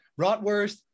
Rotwurst